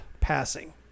passing